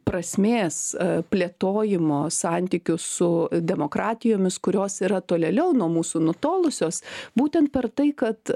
prasmės plėtojimo santykių su demokratijomis kurios yra tolėliau nuo mūsų nutolusios būtent per tai kad